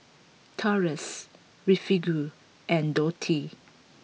Taurus Refugio and Dotty